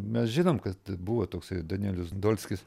mes žinom kad buvo toksai danielius dolskis